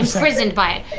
imprisoned by it.